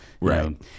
right